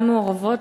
גם מעורבות,